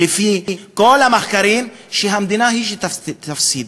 ולפי כל המחקרים, שהמדינה היא שתפסיד.